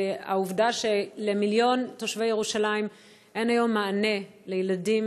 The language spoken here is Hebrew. והעובדה שלמיליון תושבי ירושלים אין היום מענה לילדים